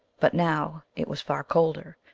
but now it was far colder.